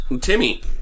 Timmy